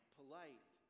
polite